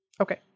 Okay